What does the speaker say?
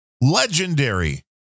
Legendary